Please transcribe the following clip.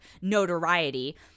notoriety